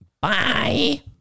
Bye